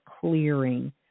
clearing